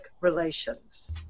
relations